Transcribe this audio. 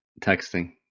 Texting